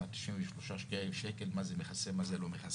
עם התשעים ותשעה שקל, מה זה מכסה, מה זה לא מכסה.